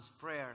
prayer